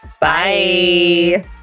Bye